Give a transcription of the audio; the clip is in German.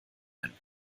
ein